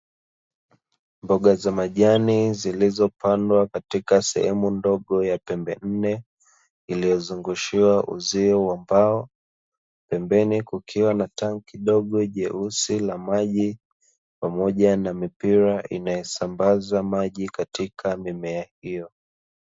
Mboga za majani zilizopandwa katika sehemu ndogo ya pembe nne, iliyozungushiwa uzio wa mbao, pembeni kukiwa na tanki dogo jeusi la maji, pamoja na mipira inayosambaza maji katika mimea hiyo.